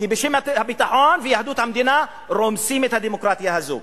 כי בשם הביטחון ויהדות המדינה רומסים את הדמוקרטיה הזאת.